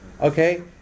okay